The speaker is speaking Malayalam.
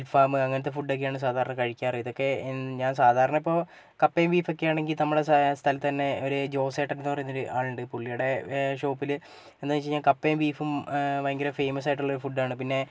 അൽഫാമ് അങ്ങനത്തെ ഫുഡ് ഒക്കെയാണ് സാധാരണ കഴിക്കാറ് ഇതൊക്കെ ഞാൻ സാധാരണ ഇപ്പോൾ കപ്പയും ബീഫും ഒക്കെ ആണെങ്കിൽ നമ്മുടെ സ്ഥലം സ്ഥലത്ത് തന്നെ ഒരു ജോസേട്ടൻ എന്ന് പറയുന്ന ഒരു ആളുണ്ട് പുള്ളിയുടെ ഷോപ്പിൽ എന്താന്നുവച്ച് കഴിഞ്ഞാൽ കപ്പയും ബീഫും ഭയങ്കര ഫേമസായിട്ടുള്ള ഒരു ഫുഡാണ് പിന്നെ